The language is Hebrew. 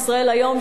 "ישראל היום",